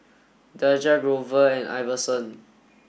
Daja Grover and Iverson